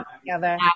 together